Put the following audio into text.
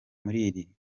muri